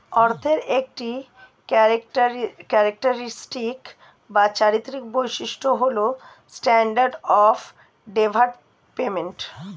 অর্থের একটি ক্যারেক্টারিস্টিক বা চারিত্রিক বৈশিষ্ট্য হল স্ট্যান্ডার্ড অফ ডেফার্ড পেমেন্ট